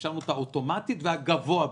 אפשרנו אותה אוטומטית והגבוה ביניהם.